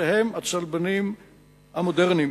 שהם הצלבנים המודרניים.